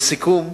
לסיכום,